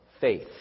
faith